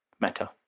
matter